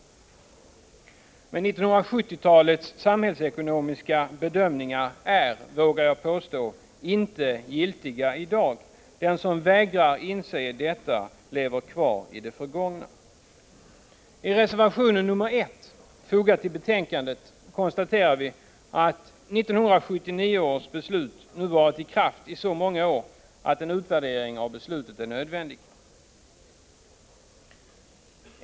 Men 1970-talets samhällsekonomiska bedömningar är — vågar jag påstå — inte giltiga i dag. Den som vägrar inse detta lever kvar i det förgångna. I reservation 1, som är fogad till betänkandet, konstaterar vi att 1979 års beslut nu varit i kraft i så många år att en utvärdering av beslutet är nödvändig.